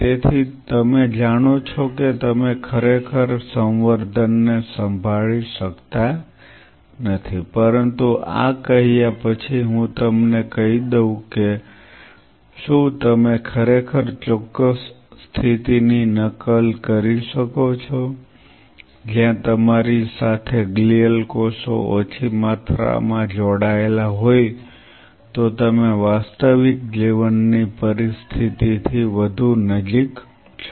તેથી તમે જાણો છો કે તમે ખરેખર સંવર્ધન ને સંભાળી શકતા નથી પરંતુ આ કહ્યા પછી હું તમને કહી દઉં કે શું તમે ખરેખર ચોક્કસ સ્થિતિની નકલ કરી શકો છો જ્યાં તમારી સાથે ગ્લિઅલ કોષો ઓછી માત્રામાં જોડાયેલા હોય તો તમે વાસ્તવિક જીવનની પરિસ્થિતિ થી વધુ નજીક છો